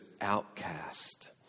outcast